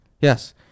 Yes